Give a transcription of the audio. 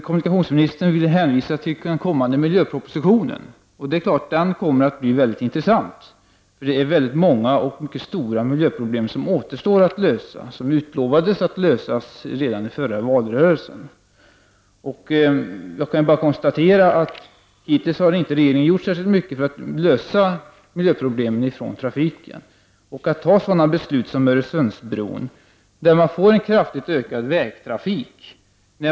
Kommunikationsministern hänvisade till kommande miljöproposition. Det är klart att det blir väldigt intressant att ta del av den. Det är ju väldigt många och mycket stora miljöproblem som måste lösas och som man redan under förra valrörelsen lovade att lösa. Men jag kan bara konstatera att regeringen hittills inte har gjort särskilt mycket för att lösa de miljöproblem som trafiken förorsakar. Ett beslut om en Öresundsbro skulle medföra en kraftigt ökad vägtrafik.